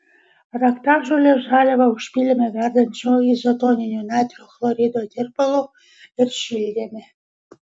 raktažolės žaliavą užpylėme verdančiu izotoniniu natrio chlorido tirpalu ir šildėme